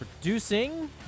producing